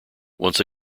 once